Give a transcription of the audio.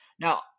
now